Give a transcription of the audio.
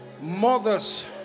Mothers